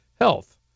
Health